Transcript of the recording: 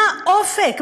מה האופק?